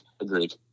Agreed